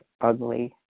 ugly